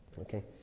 okay